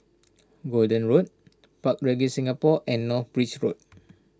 Gordon Road Park Regis Singapore and North Bridge Road